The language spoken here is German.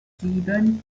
sieben